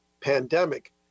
pandemic